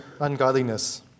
ungodliness